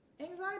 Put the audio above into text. Anxiety